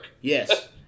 Yes